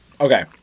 Okay